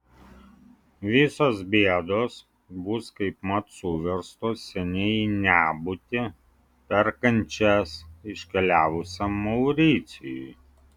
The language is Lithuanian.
visos bėdos bus kaipmat suverstos seniai į nebūtį per kančias iškeliavusiam mauricijui